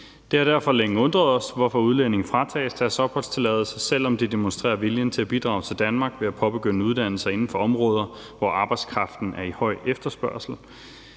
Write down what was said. Det har derfor længe undret os, hvorfor udlændinge fratages deres opholdstilladelse, selv om de demonstrerer viljen til at bidrage til Danmark ved at påbegynde uddannelser inden for områder, hvor arbejdskraften er i høj efterspørgsel.